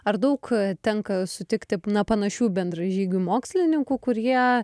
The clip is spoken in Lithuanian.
ar daug tenka sutikti na panašių bendražygių mokslininkų kurie